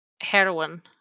heroin